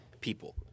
people